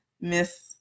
Miss